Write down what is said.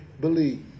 believe